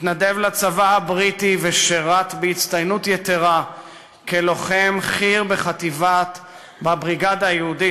התנדב לצבא הבריטי ושירת בהצטיינות יתרה כלוחם חי"ר בבריגדה היהודית,